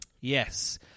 Yes